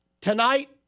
tonight